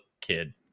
kid